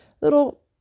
Little